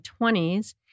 20s